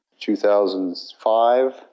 2005